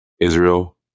Israel